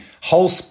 whole